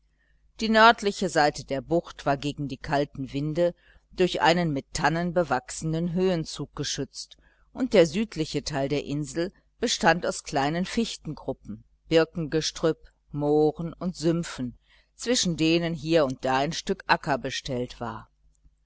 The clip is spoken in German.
die nördliche seite der bucht war gegen die kalten winde durch einen mit tannen bewachsenen höhenzug geschützt und der südliche teil der insel bestand aus kleinen fichtengruppen birkengestrüpp mooren und sümpfen zwischen denen hier und da ein stückchen acker bestellt war